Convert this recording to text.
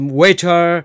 waiter